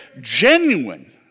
genuine